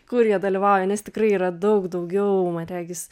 kur jie dalyvauja nes tikrai yra daug daugiau man regis